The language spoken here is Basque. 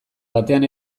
batean